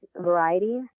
varieties